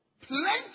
plenty